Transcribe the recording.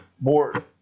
more